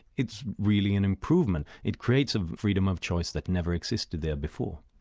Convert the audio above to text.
it's really an improvement. it creates a freedom of choice that never existed there before.